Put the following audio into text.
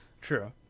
True